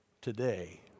Today